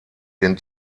den